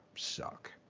Suck